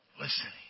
Listening